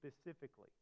specifically